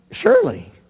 surely